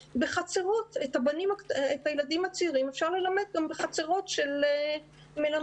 את הילדים הצעירים אפשר ללמד גם בחצרות של מלמדים.